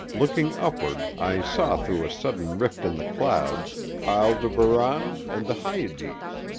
looking upward, i saw through a sudden rift in the clouds aldebaran and the hyades!